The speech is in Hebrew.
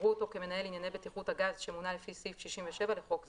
יראו אותו כמנהל ענייני בטיחות הגז שמונה לפי סעיף 67 לחוק זה.